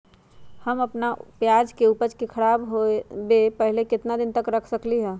हम अपना प्याज के ऊपज के खराब होबे पहले कितना दिन तक रख सकीं ले?